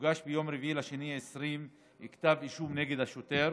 הוגש ביום 4 בפברואר 2020 כתב אישום נגד השוטר